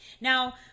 Now